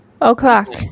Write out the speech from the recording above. o'clock